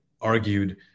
argued